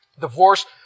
divorce